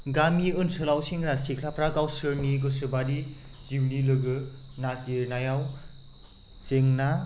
गामि ओनसोलाव सेंग्रा सिख्लाफ्रा गावसोरनि गोसो बायदि जिउनि लोगो नागिरनायाव जेंना